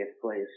place